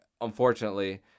unfortunately